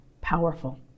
powerful